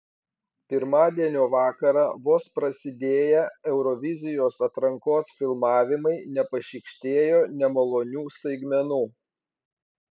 pirmadienio vakarą vos prasidėję eurovizijos atrankos filmavimai nepašykštėjo nemalonių staigmenų